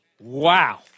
Wow